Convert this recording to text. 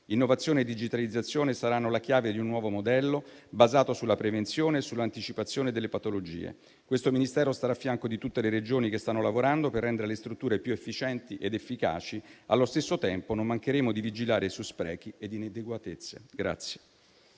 Innovazione e digitalizzazione saranno la chiave di un nuovo modello basato sulla prevenzione e sull'anticipazione delle patologie. Questo Ministero sarà a fianco di tutte le Regioni che stanno lavorando per rendere le strutture più efficienti ed efficaci. Allo stesso tempo, non mancheremo di vigilare su sprechi e inadeguatezze.